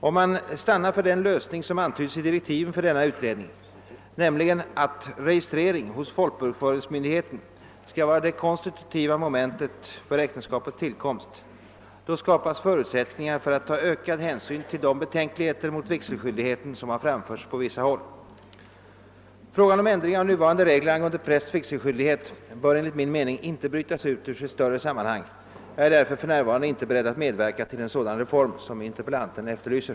Om man stannar för den lösning som antyds i direktiven för denna utredning, nämligen att registrering hos folkbokföringsmyndigheten skall vara det konstitutiva momentet för äktenskapets tillkomst, skapas förutsättningar för att ta ökad hänsyn till de betänkligheter mot vigselskyldigheten som har framförts på vissa håll. Frågan om ändring av nuvarande regler angående prästs vigselskyldighet bör enligt min mening inte brytas ut ur sitt större sammanhang. Jag är därför för närvarande inte beredd att medverka till en sådan reform som interpellanten efterlyser.